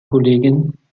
kollegin